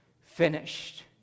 finished